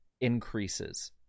increases